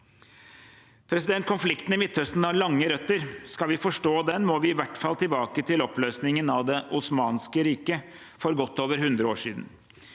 Konflikten i Midøsten har lange røtter. Skal vi forstå den, må vi i hvert fall tilbake til oppløsningen av Det osmanske riket for godt over 100 år siden,